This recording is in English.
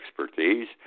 expertise